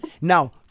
now